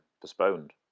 postponed